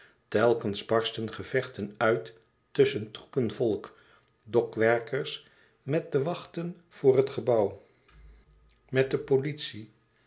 telkens barstten gevechten uit tusschen troepen volk dokwerkers met de wachten voor het gebouw met de politie